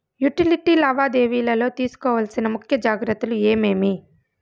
Utility లావాదేవీల లో తీసుకోవాల్సిన ముఖ్య జాగ్రత్తలు ఏమేమి?